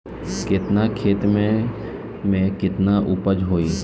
केतना खेत में में केतना उपज होई?